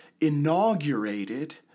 inaugurated